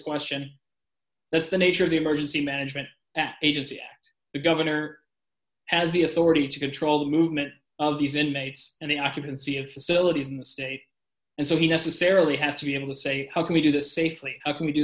question that's the nature of the emergency management agency the governor has the authority to control the movement of these inmates and the occupancy of facilities in the state and so he necessarily has to be able to say how can we do this safely how can we do